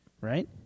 right